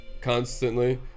constantly